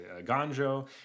Ganjo